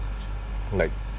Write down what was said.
like